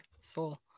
soul